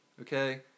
okay